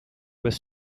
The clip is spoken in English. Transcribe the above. was